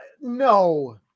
no